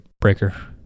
breaker